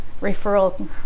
referral